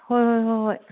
ꯍꯣꯏ ꯍꯣꯏ ꯍꯣꯏ ꯍꯣꯏ